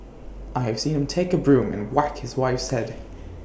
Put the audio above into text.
I have seen him take A broom and whack his wife's Head